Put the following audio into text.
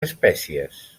espècies